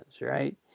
right